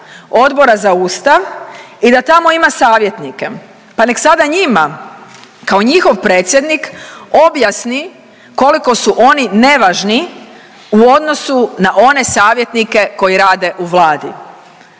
Odbora za ustav i da tamo ima savjetnike, pa nek sada njima kao njihov predsjednik objasni koliko su oni nevažni u odnosu na one savjetnike koji rade u Vladi.